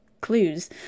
clues